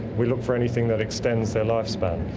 we look for anything that extends their lifespan.